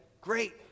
great